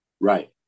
right